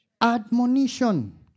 Admonition